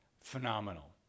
Phenomenal